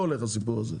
זה לא הולך הסיפור הזה.